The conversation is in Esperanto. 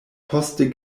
poste